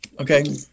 Okay